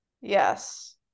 Yes